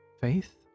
faith